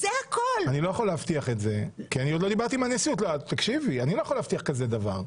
אני מציע כזה דבר: